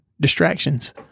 Distractions